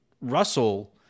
Russell